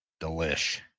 delish